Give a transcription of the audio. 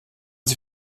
sie